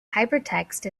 hypertext